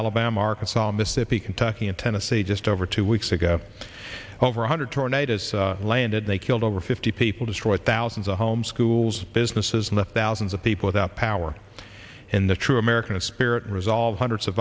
alabama arkansas mississippi kentucky and tennessee just over two weeks ago over one hundred tornadoes landed they killed over fifty people destroyed thousands of homes schools businesses and the thousands of people without power and the true american spirit and resolve